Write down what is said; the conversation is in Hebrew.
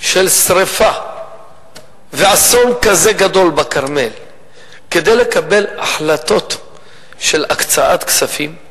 של שרפה ואסון כזה גדול בכרמל כדי לקבל החלטות של הקצאת כספים?